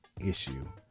issue